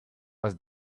was